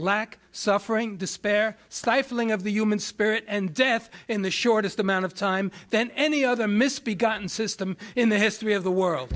lack suffering despair stifling of the human spirit and death in the shortest amount of time then any other misbegotten system in the history of the world